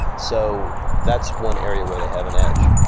so that's one area where they have an edge.